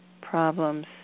problems